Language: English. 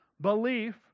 belief